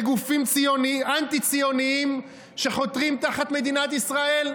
לגופים אנטי-ציוניים שחותרים תחת מדינת ישראל?